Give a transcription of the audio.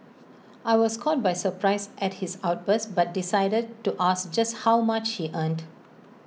I was caught by surprise at his outburst but decided to ask just how much he earned